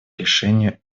решению